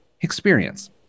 experience